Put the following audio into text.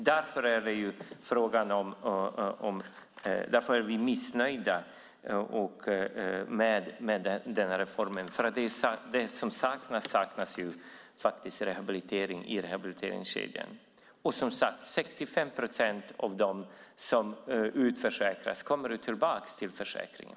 Vi är missnöjda med den här reformen, därför att det som saknas är rehabilitering i rehabiliteringskedjan. Och, som sagt, 65 procent av dem som utförsäkras kommer tillbaka till sjukförsäkringen.